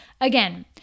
again